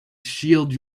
shield